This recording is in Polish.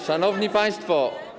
Szanowni Państwo!